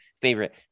favorite